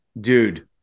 dude